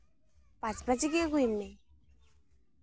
ᱯᱟᱸᱪ ᱵᱟᱡᱮ ᱜᱮ ᱟᱹᱜᱩᱭ ᱢᱮ